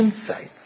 insights